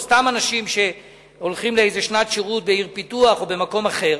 או סתם אנשים שהולכים לשנת שירות בעיר פיתוח או במקום אחר,